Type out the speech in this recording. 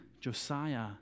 Josiah